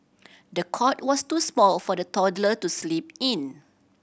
the cot was too small for the toddler to sleep in